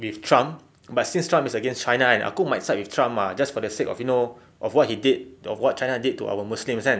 with trump but since trump is against china kan aku might side with trump ah just for the sake of you know of what he did of what china did to our muslims kan